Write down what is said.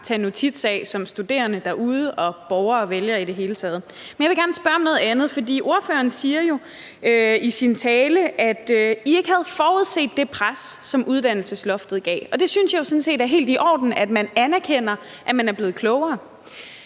tage ad notam som studerende derude og som borger og vælger i det hele taget. Men jeg vil gerne spørge om noget andet, for ordføreren siger jo i sin tale, at I ikke havde forudset det pres, som uddannelsesloftet medførte. Jeg synes sådan set, at det er helt i orden, at man anerkender, at man er blevet klogere.